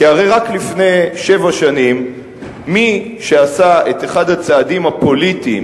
כי הרי רק לפני שבע שנים מי שעשה את אחד הצעדים הפוליטיים